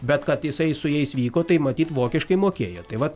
bet kad jisai su jais vyko tai matyt vokiškai mokėjo tai vat